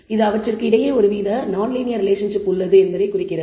இது அவற்றிற்கு இடையே ஒருவித நான்லீனியர் ரிலேஷன்ஷிப் உள்ளது என்பதை குறிக்கிறது